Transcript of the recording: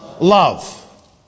Love